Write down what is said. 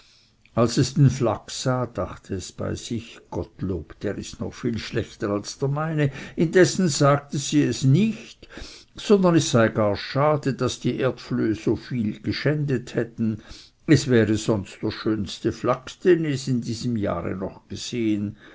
als es den flachs sah dachte es bei sich gottlob der ist noch viel schlechter als der meine indessen sagte es dieses nicht sondern es sei gar schade daß die erdflöhe so viel geschändet hätten es wäre sonst der schönste flachs den es in diesem jahre noch gesehen